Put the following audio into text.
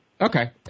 Okay